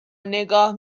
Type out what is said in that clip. نگاه